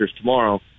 tomorrow